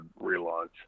relaunch